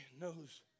knows